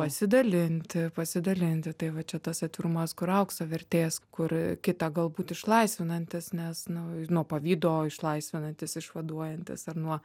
pasidalint pasidalinti tai va čia tas atvirumas kur aukso vertės kur kitą galbūt išlaisvinantis nes nu nuo pavydo išlaisvinantis išvaduojantis ar nuo